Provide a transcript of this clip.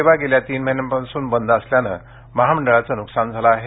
सेवा गेल्या तीन महिन्यांपासून बंद असल्याने महामंडळाचे नुकसान झाले आहे